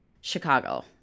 Chicago